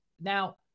now